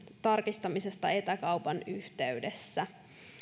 tarkistamisesta etäkaupan yhteydessä